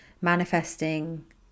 Manifesting